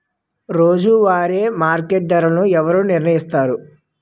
రోజువారి మార్కెట్ ధరలను ఎవరు నిర్ణయిస్తారు?